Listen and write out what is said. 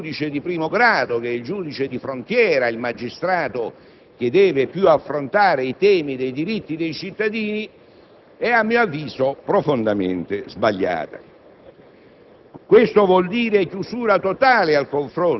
e anche la svalutazione del ruolo del giudice di primo grado (che è il giudice di frontiera, il magistrato che più deve affrontare i temi dei diritti dei cittadini) è a mio avviso profondamente sbagliata.